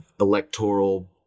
electoral